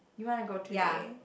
you want to go today